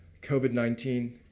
COVID-19